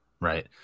Right